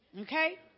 okay